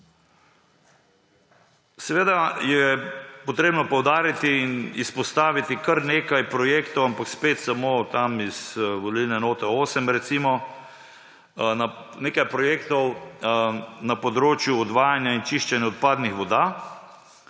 Seveda je potrebno poudariti in izpostaviti kar nekaj projektov, ampak spet samo tam iz volilne enote 8, recimo. Nekaj projektov na področju odvajanja in čiščenja odpadnih voda: